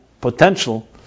potential